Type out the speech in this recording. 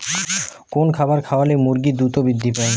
কোন খাবার খাওয়ালে মুরগি দ্রুত বৃদ্ধি পায়?